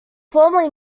formerly